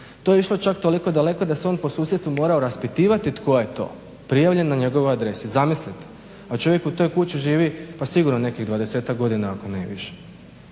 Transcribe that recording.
To je išlo čak toliko daleko da se on po susjedstvu morao raspitivati tko je to prijavljen na njegovoj adresi. Zamislite! A čovjek u toj kući živi pa sigurno nekih 20-ak godina ako ne i više.